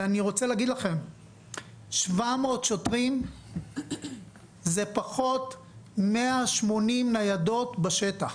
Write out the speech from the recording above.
700 שוטרים זה פחות 180 ניידות בשטח.